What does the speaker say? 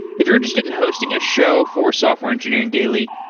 if you're interested in hosting a show for software engineering daily,